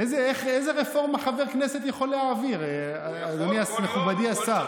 איזה רפורמה חבר כנסת יכול להעביר, מכובדי השר?